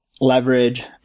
leverage